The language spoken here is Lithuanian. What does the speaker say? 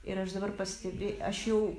ir aš dabar pastebė aš jau